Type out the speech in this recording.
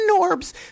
Norb's